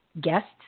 guests